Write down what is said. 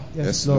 yes